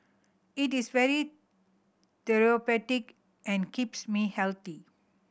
it is very therapeutic and keeps me healthy